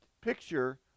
picture